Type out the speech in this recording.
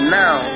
now